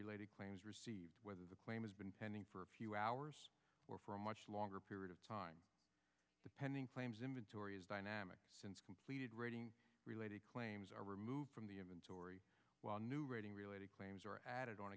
related claims whether the claim has been pending for a few hours or for a much longer period of time depending claims inventory is dynamic since completed rating related claims are removed from the inventory while new rating related claims are added on